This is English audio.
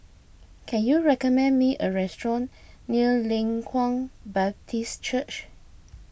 can you recommend me a restaurant near Leng Kwang Baptist Church